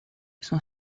son